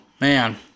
man